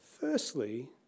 firstly